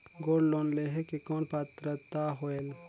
Gold loan लेहे के कौन पात्रता होएल?